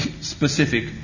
specific